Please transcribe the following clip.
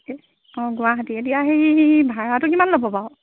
অঁ গুৱাহাটী এতিয়া সেই ভাৰাটো কিমান ল'ব বাৰু